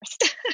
first